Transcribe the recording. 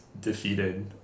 defeated